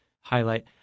highlight